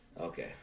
Okay